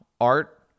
art